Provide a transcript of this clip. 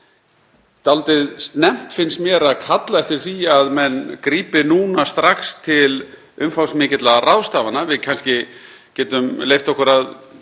dálítið snemmt, finnst mér, að kalla eftir því að menn grípi nú strax til umfangsmikilla ráðstafana. Við getum kannski leyft okkur að